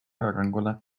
arengule